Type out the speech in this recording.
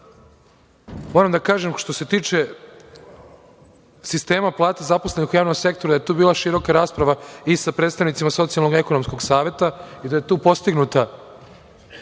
Moram da kažem, što se tiče sistema plata zaposlenih u javnom sektoru, da je tu bila široka rasprava i sa predstavnicima Socijalno-ekonomskog saveta i da je tu postignuto